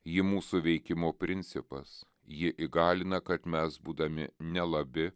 ji mūsų veikimo principas ji įgalina kad mes būdami nelabi